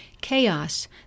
chaos